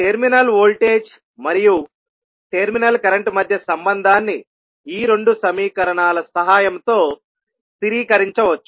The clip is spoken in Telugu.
టెర్మినల్ వోల్టేజ్ మరియు టెర్మినల్ కరెంట్ మధ్య సంబంధాన్ని ఈ రెండు సమీకరణాల సహాయంతో స్థిరీకరించవచ్చు